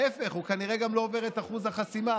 ההפך, הוא כנראה גם לא עובר את אחוז החסימה.